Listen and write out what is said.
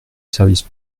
service